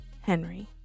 Henry